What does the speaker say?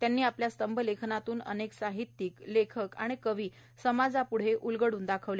त्यांनी आपल्या स्तंभलेखनातून अनेक साहित्यिक लेखक कवी समाजाप्ढे उलगडून दाखवले